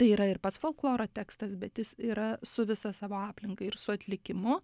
tai yra ir pats folkloro tekstas bet jis yra su visa savo aplinka ir su atlikimu